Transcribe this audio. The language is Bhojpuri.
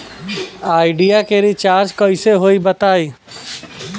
आइडिया के रीचारज कइसे होई बताईं?